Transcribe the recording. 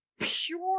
pure